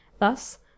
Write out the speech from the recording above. Thus